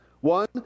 One